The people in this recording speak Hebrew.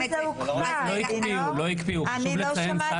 לא הקפיאו, חשוב לציין.